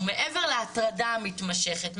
ומעבר להטרדה המתמשכת,